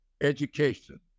education